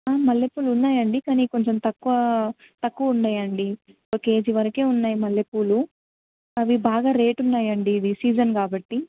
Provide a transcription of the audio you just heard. మల్లెపూలు ఉన్నాయండి కానీ కొంచెం తక్కువ తక్కువ ఉన్నాయండి ఒక కేజీ వరకే ఉన్నాయి మల్లెపూలు అవీ బాగా రేట్ ఉన్నాయండి ఇది సీజన్ కాబట్టి